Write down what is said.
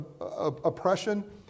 oppression